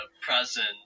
present